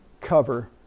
Cover